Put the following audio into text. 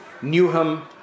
Newham